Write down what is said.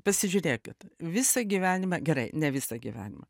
pasižiūrėkit visą gyvenimą gerai ne visą gyvenimą